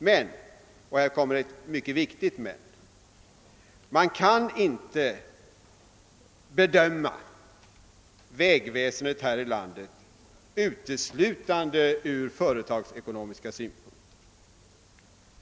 Men — och här kommer ett mycket viktigt men — man kan inte bedöma vägväsendet här i landet uteslutande från företagsekonomiska synpunkter.